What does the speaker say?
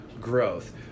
growth